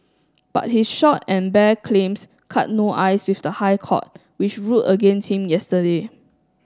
but his short and bare claims cut no ice with the High Court which ruled against him yesterday